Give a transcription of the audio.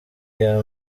iya